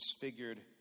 disfigured